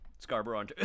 Scarborough